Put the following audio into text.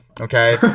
Okay